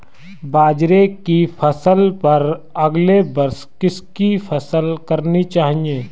बाजरे की फसल पर अगले वर्ष किसकी फसल करनी चाहिए?